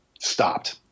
stopped